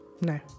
no